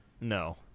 no